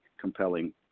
compelling